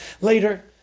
later